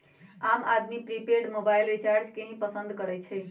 आम आदमी prepaid mobile recharge के ही पसंद करई छई